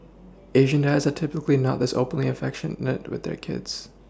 Asian dads are typically not this openly affectionate with their kids